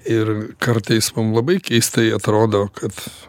ir kartais mum labai keistai atrodo kad